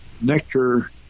nectar